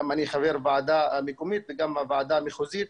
גם אני חבר ועדה מקומית וגם בוועדה המחוזית.